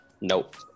Nope